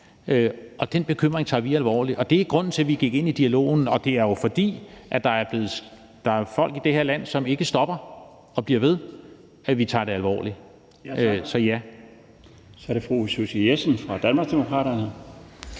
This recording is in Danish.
Den bekymring tager vi alvorligt. Det er grunden til, at vi gik ind i dialogen. Det er jo, fordi der er folk i det her land, som ikke stopper, men som bliver ved, at vi tager det alvorligt – så ja. Kl. 20:41 Den fg. formand (Bjarne